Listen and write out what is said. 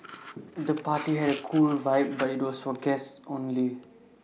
the party had A cool vibe but was for guests only